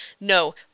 No